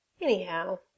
anyhow